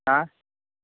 आं